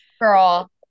Girl